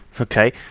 Okay